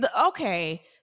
okay